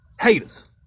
haters